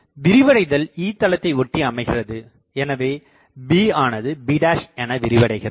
இங்கு விரிவடைதல் E தளத்தை ஒட்டி அமைகிறது எனவே bஆனது bஎனவிரிவடைகிறது